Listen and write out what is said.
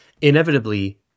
Inevitably